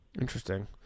Interesting